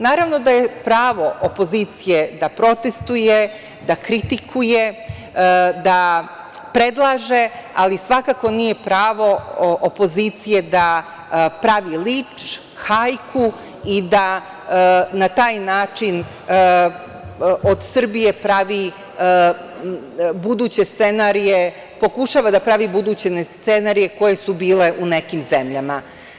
Naravno da je pravo opozicije da protestvuje, da kritikuje, da predlaže, ali svakako nije pravo opozicije da pravi linč, hajku i da na taj način od Srbije pravi buduće scenarije, pokušava da pravi buduće scenarije koji su bili u nekim zemljama.